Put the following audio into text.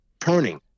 turning